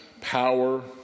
power